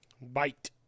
Bite